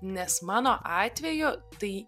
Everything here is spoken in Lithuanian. nes mano atveju tai